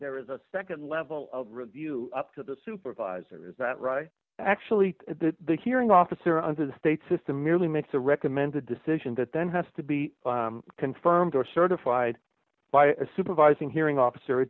there is a nd level of review up to the supervisor is that right actually the hearing officer under the state system merely makes the recommended decision that then has to be confirmed or certified by a supervising hearing officer